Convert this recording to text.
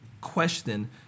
question